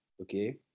okay